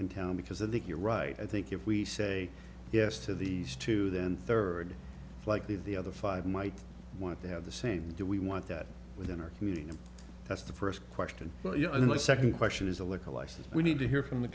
in town because i think you're right i think if we say yes to these two then third likely the other five might want to have the same do we want that within our community and that's the first question but you know my second question is a liquor license we need to hear from the